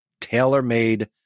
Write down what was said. tailor-made